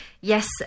Yes